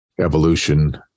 evolution